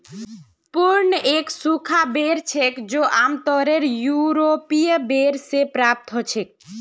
prune एक सूखा बेर छेक जो कि आमतौरत यूरोपीय बेर से प्राप्त हछेक